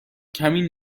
کمی